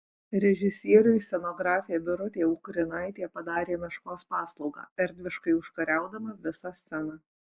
režisieriui scenografė birutė ukrinaitė padarė meškos paslaugą erdviškai užkariaudama visą sceną